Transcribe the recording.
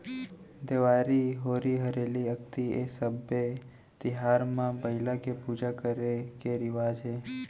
देवारी, होरी हरेली, अक्ती ए सब्बे तिहार म बइला के पूजा करे के रिवाज हे